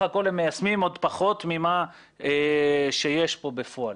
הכול הם מיישמים עוד פחות ממה שיש כאן בפועל.